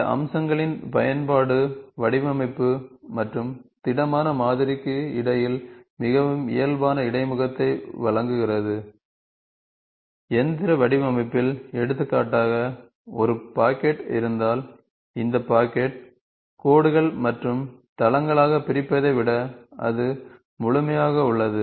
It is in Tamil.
இந்த அம்சங்களின் பயன்பாடு வடிவமைப்பு மற்றும் திடமான மாதிரிக்கு இடையில் மிகவும் இயல்பான இடைமுகத்தை வழங்குகிறது இயந்திர வடிவமைப்பில் எடுத்துக்காட்டாக ஒரு பாக்கெட் இருந்தால் இந்த பாக்கெட் கோடுகள் மற்றும் தளங்களாக பிரிப்பதை விட அது முழுமையாக உள்ளது